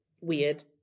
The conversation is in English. weird